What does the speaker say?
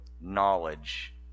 knowledge